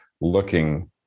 looking